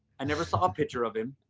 i never saw a picture of him.